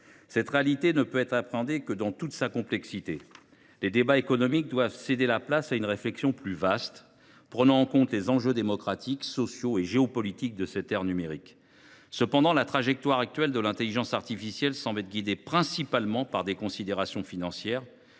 Cette réalité ne peut être appréhendée que dans toute sa complexité. En ce sens, les débats économiques doivent céder la place à une réflexion plus vaste, prenant en compte les enjeux démocratiques, sociaux et géopolitiques de l’ère numérique. Cela étant, la trajectoire actuelle de l’intelligence artificielle semble principalement guidée par des considérations financières